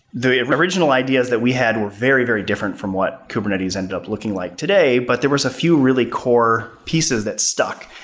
the original ideas that we had were very, very different from what kubernetes end up looking like today, but there was a really core pieces that stuck.